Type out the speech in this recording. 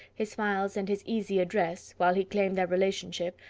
his smiles and his easy address, while he claimed their relationship,